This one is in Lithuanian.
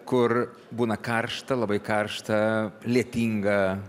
kur būna karšta labai karšta lietinga